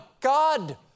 God